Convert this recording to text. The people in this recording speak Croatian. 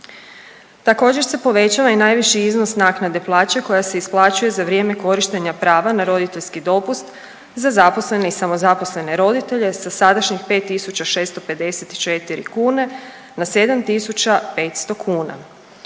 Također se povećava i najviši iznos naknade plaće koja se isplaćuje za vrijeme korištenja prava na roditeljski dopust za zaposlene i samozaposlene roditelje sa sadašnjih 5.654 kune na 7.500 kuna